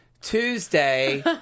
Tuesday